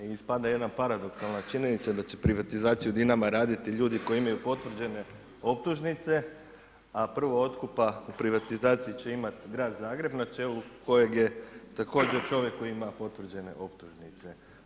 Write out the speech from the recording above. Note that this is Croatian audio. I ispada jedna paradoksalna činjenica da će privatizaciju Dinama raditi ljudi koji imaju potvrđene optužnice, a prvo otkupa privatizacije će imati Grad Zagreb, na čelu kojeg je također čovjek koji ima potvrđene optužnice.